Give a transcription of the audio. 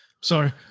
Sorry